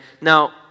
Now